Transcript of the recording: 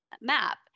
map